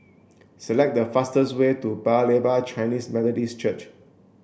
select the fastest way to Paya Lebar Chinese Methodist Church